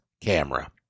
camera